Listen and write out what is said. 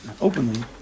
openly